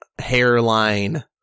hairline